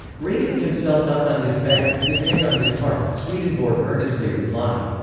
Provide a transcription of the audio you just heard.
raising himself up on his bed, his hand on his heart, swedenborg earnestly replied,